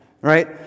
right